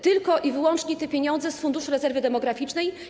Tylko i wyłącznie pożyczacie te pieniądze z Funduszu Rezerwy Demograficznej.